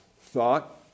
thought